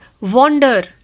wander